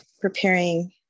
preparing